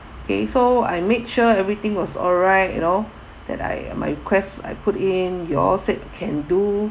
okay so I make sure everything was alright you know that I my request I put in you all said can do